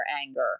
anger